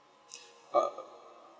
oh